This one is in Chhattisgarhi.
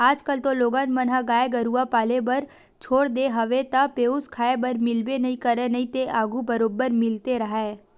आजकल तो लोगन मन ह गाय गरुवा पाले बर छोड़ देय हवे त पेयूस खाए बर मिलबे नइ करय नइते आघू बरोबर मिलते राहय